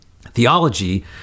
Theology